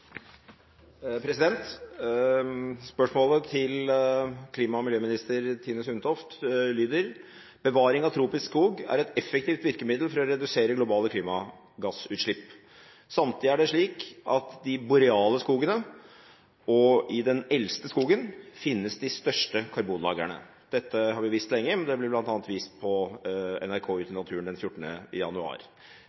Spørsmålet til klima- og miljøvernminister Tine Sundtoft lyder: «Bevaring av tropisk skog er et effektivt virkemiddel for å redusere globale klimagassutslipp, samtidig er det slik at det er i de boreale skogene og i den eldste skogen at de største